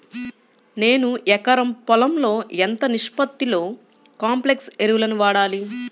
నేను ఎకరం పొలంలో ఎంత నిష్పత్తిలో కాంప్లెక్స్ ఎరువులను వాడాలి?